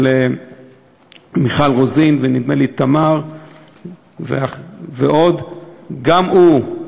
של מיכל רוזין, ונדמה לי של תמר ועוד, גם הוא,